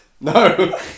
no